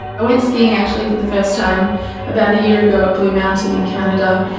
i went skiing actually for the first time about a year ago at blue mountain in canada,